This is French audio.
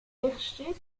perché